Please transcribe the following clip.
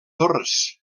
torres